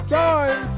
time